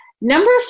Number